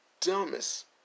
dumbest